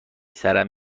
سرم